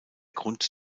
grund